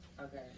Okay